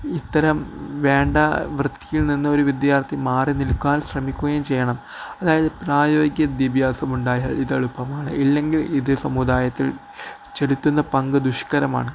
ഇത്തരം വേണ്ട വൃത്തിയിൽ നിന്ന് ഒരു വിദ്യാർത്ഥി മാറി നിൽക്കാൽ ശ്രമിക്കുകയും ചെയ്യണം അതായത് പ്രായോഗിക വിദ്യാഭ്യാസമുണ്ടായൽ ഇത് എളുപ്പമാണ് ഇല്ലെങ്കിൽ ഇത് സമുദായത്തിൽ പെടുത്തുന്നതിൻ്റെ പങ്ക് ദുഷ്കരമാണ്